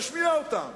תשמיע אותן.